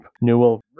Newell